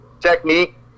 Technique